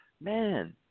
man